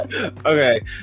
okay